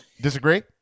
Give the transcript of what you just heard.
Disagree